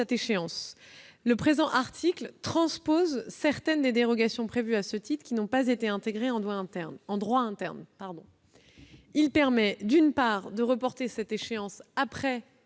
échéance. Le présent article transpose certaines des dérogations prévues à ce titre qui n'ont pas été intégrées en droit interne. Il permet de reporter cette échéance,